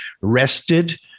rested